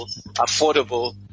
affordable